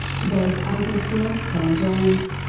today's other guests were colin james,